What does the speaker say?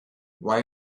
why